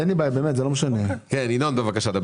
בבקשה, ינון.